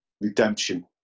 Redemption